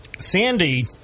Sandy